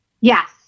Yes